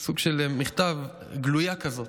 סוג של מכתב, גלויה כזאת,